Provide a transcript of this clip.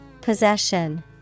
Possession